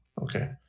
Okay